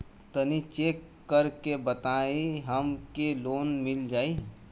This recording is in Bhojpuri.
तनि चेक कर के बताई हम के लोन मिल जाई?